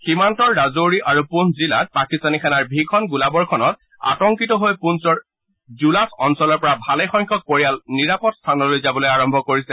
সীমান্তৰ ৰাজৌৰী আৰু পুঞ্চ জিলাত পাকিস্তানী সেনাৰ ভীষণ গোলাবৰ্ষণক প্ৰতি আতংকিত হৈ পূঞ্ণৰ জুলাছ অঞ্চলৰ পৰা ভালেসংখ্যক পৰিয়াল নিৰাপদ স্থানলৈ যাবলৈ আৰম্ভ কৰিছে